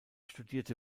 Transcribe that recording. studierte